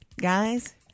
guys